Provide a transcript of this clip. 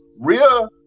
real